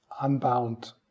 unbound